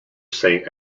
saint